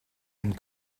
and